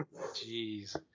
Jeez